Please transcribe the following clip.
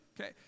Okay